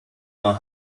one